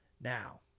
Now